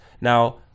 Now